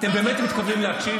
אתם באמת מתכוונים להקשיב?